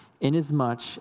inasmuch